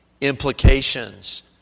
implications